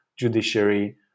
Judiciary